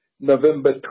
November